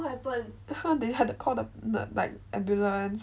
they had to call the the like ambulance